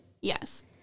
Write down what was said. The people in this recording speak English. Yes